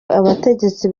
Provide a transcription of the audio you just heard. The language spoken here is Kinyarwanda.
abategetsi